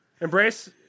Embrace